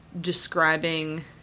describing